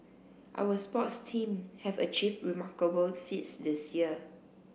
our sports team have achieved remarkable feats this year